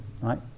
right